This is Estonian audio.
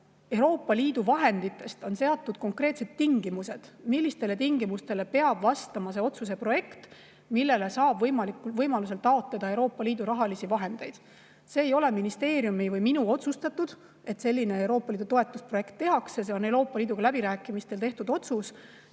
Euroopa Liidu vahendite [jagamisel] on seatud konkreetsed tingimused, millele peab vastama otsuse projekt, et saaks taotleda Euroopa Liidu rahalisi vahendeid. See ei ole ministeeriumi või minu otsustatud, et selline Euroopa Liidu toetusprojekt tehakse, see on Euroopa Liiduga peetud läbirääkimistel tehtud otsus.